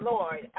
Lord